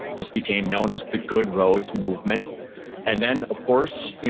just became known as the good roads movement and then, of course,